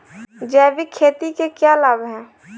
जैविक खेती के क्या लाभ हैं?